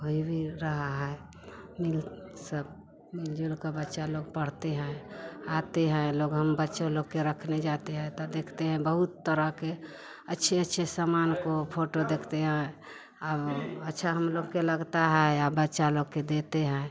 कोई भी रहा है मिल सब मिल जुल कर बच्चा लोग पढ़ते हैं आते हैं लोग हम बच्चा लोग के रखने जाते हैं तो देखते हैं बहुत तरह के अच्छे अच्छे सामान को फ़ोटो देखते हैं और अच्छा हम लोग के लगता है अ बच्चा लोग के देते हैं